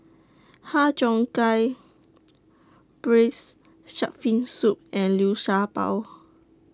Har Cheong Gai Braised Shark Fin Soup and Liu Sha Bao